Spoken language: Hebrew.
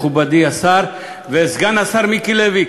מכובדי השר וסגן השר מיקי לוי,